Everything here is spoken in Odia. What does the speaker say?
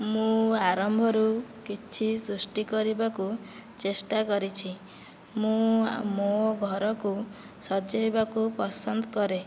ମୁଁ ଆରମ୍ଭରୁ କିଛି ସୃଷ୍ଟି କରିବାକୁ ଚେଷ୍ଟା କରିଛି ମୁଁ ମୋ' ଘରକୁ ସଜେଇବାକୁ ପସନ୍ଦ କରେ